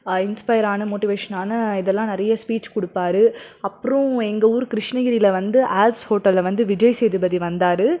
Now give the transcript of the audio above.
இன்ஸ்பையரான மோட்டிவேஷனான இதெலாம் நிறைய ஸ்பீச் குடுப்பார் அப்புறோம் எங்கள் ஊர் கிருஷ்ணகிரியில வந்து ஆல்ஸ் ஹோட்டலில் வந்து விஜய் சேதுபதி வந்தார்